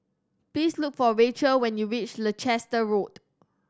please look for Racheal when you reach Leicester Road